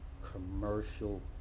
commercial